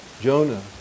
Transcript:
Jonah